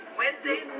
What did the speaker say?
wednesday